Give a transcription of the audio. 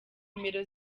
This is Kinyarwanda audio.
nimero